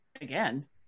again